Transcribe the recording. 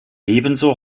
ebenso